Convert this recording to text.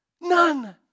None